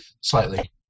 Slightly